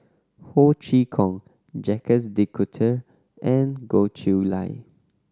Ho Chee Kong Jacques De Coutre and Goh Chiew Lye